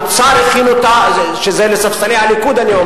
האוצר הכין אותה, את זה אני אומר לספסלי הליכוד.